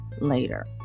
later